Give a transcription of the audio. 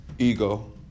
ego